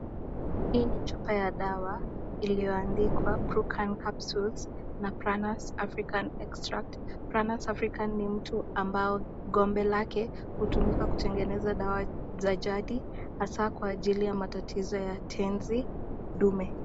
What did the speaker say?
Hii ni chupa ya dawa iliyoandikwa BRUCAN CAPSULE na Pranas African Extract .Pranas African ni mtu ambao gombe lake hutumika kutengeneza dawa za jadi haswa kwa matatizo ya tenzi dume.